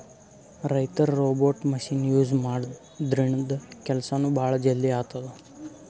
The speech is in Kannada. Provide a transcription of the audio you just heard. ರೈತರ್ ರೋಬೋಟ್ ಮಷಿನ್ ಯೂಸ್ ಮಾಡದ್ರಿನ್ದ ಕೆಲ್ಸನೂ ಭಾಳ್ ಜಲ್ದಿ ಆತದ್